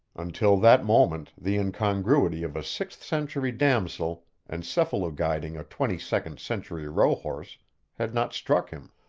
until that moment, the incongruity of a sixth-century damosel encephalo-guiding a twenty-second century rohorse had not struck him.